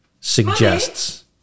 suggests